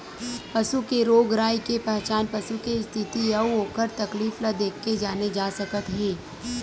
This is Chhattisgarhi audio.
पसू के रोग राई के पहचान पसू के इस्थिति अउ ओखर तकलीफ ल देखके जाने जा सकत हे